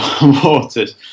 waters